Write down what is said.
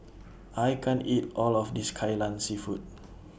I can't eat All of This Kai Lan Seafood